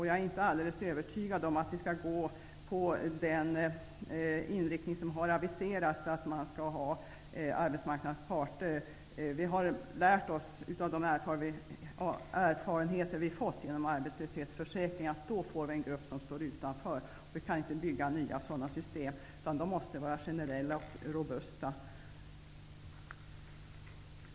Jag är inte alldeles övertygad om att vi skall välja den inriktning som har aviserats, att försäkringarna skall skötas av arbetsmarknadens parter. Vi har lärt oss av de erfarenheter vi har fått genom arbetslöshetsförsäkringen att då kommer en grupp att stå utanför. Vi kan inte bygga upp nya sådana system, utan de måste vara generella och robusta.